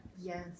Yes